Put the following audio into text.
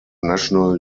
national